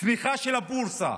צניחה של הבורסה.